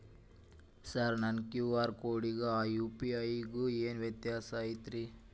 Sir ನನ್ನ QR ಕೊಡಿಗೂ ಆ ಯು.ಪಿ.ಐ ಗೂ ಏನ್ ವ್ಯತ್ಯಾಸ ಐತ್ರಿ?